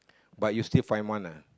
but you still find one lah